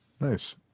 nice